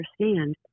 understand